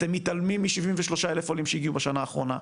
אתם מתעלמים מ-73,000 עולים שהגיעו בשנה האחרונה,